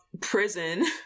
prison